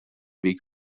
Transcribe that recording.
weg